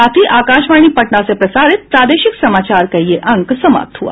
इसके साथ ही आकाशवाणी पटना से प्रसारित प्रादेशिक समाचार का ये अंक समाप्त हुआ